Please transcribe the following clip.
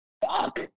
Fuck